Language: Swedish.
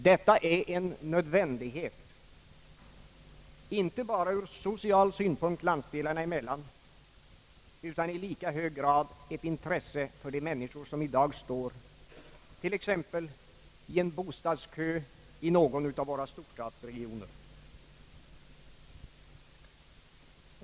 Detta är inte bara en nödvändighet ur social synpunkt landsdelarna emellan, utan i lika hög grad ett intresse för de människor som i dag står t.ex. i bostadskö i någon av våra storstadsregioner.